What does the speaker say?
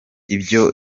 ibyo